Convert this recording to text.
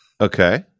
Okay